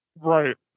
Right